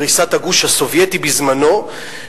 קריסת הגוש הסובייטי בזמנו,